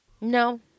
no